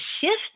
shift